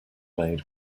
made